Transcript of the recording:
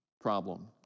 problem